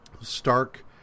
Stark